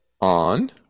on